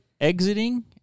exiting